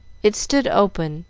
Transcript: it stood open,